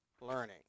learning